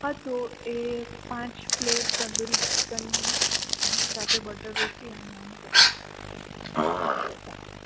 હા તો એ પાંચ પ્લેટ તંદૂરી ચિકન ની સાથે બટર રોટી અને નાન કરો હા